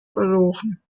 verloren